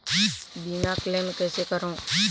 बीमा क्लेम कइसे करों?